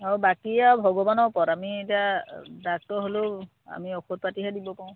আৰু বাকী আৰু ভগৱানৰ ওপৰত আমি এতিয়া ডাক্তৰ হ'লেও আমি ঔষধ পাতিহে দিব পাৰোঁ